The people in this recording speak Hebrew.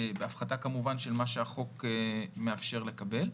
בהפחתה כמובן של מה שהחוק מאפשר לקבל.